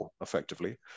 effectively